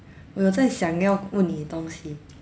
我有在想要问你东西